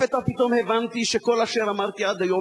לפתע פתאום הבנתי שכל אשר אמרתי עד היום